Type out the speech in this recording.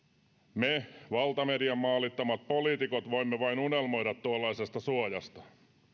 me valtamedian maalittamat poliitikot voimme vain unelmoida tuollaisesta suojasta